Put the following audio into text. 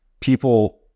people